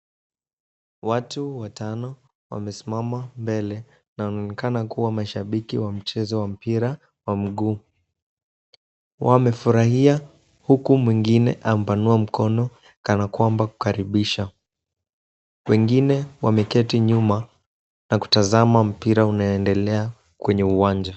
Watu watano wamesimama mbele na wanaonekana kuwa mashabiki wa mchezo wa mpira wa mguu. Wamefurahia huku mwingine amepanua mkono kana kwamba kukaribisha. Wengine wameketi nyuma, na kutazama mpira unaendelea kwenye uwanja.